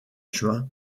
juin